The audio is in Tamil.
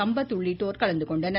சம்பத் உள்ளிட்டோர் கலந்துகொண்டனர்